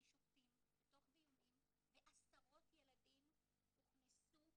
משופטים בתוך דיונים ועשרות ילדים הוכנסו